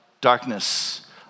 darkness